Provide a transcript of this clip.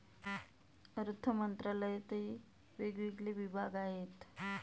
अर्थमंत्रालयातही वेगवेगळे विभाग आहेत